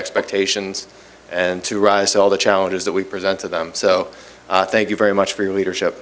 expectations and to rise to all the challenges that we present to them so thank you very much for your leadership